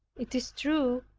it is true,